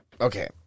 okay